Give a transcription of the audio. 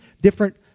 different